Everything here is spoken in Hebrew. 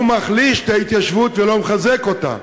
הוא מחליש את ההתיישבות ולא מחזק אותה.